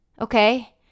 Okay